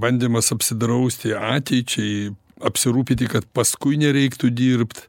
bandymas apsidrausti ateičiai apsirūpyti kad paskui nereiktų dirbt